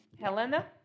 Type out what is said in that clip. Helena